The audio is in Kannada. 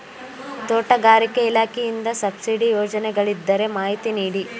ತೋಟಗಾರಿಕೆ ಇಲಾಖೆಯಿಂದ ಸಬ್ಸಿಡಿ ಯೋಜನೆಗಳಿದ್ದರೆ ಮಾಹಿತಿ ನೀಡಿ?